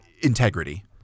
integrity